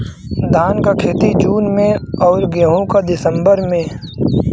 धान क खेती जून में अउर गेहूँ क दिसंबर में?